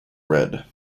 read